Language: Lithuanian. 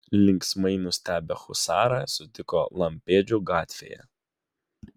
linksmai nustebę husarą sutiko lampėdžių gatvėje